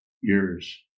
years